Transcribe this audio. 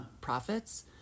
profits